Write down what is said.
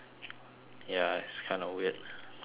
ya he's kind of weird but sure